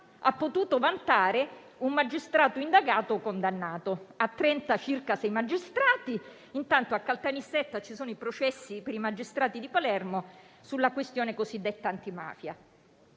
ha potuto vantare un magistrato indagato o condannato; a Trento circa sei magistrati; intanto a Caltanissetta ci sono i processi per i magistrati di Palermo sulla questione cosiddetta antimafia.